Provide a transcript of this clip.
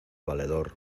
valedor